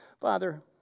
Father